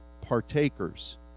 partakers